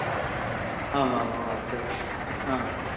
आम् आम् आम् आचार्य